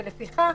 ולפיכך,